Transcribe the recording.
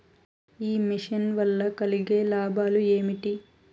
ఈ మిషన్ వల్ల కలిగే లాభాలు ఏమిటి?